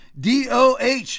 DOH